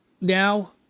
now